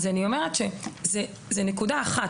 אני אומרת שזאת נקודה אחת,